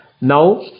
Now